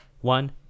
one